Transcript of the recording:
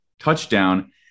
touchdown